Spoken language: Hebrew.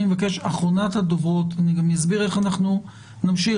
אני אסביר איך אנחנו נמשיך.